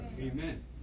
Amen